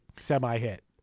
semi-hit